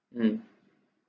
mm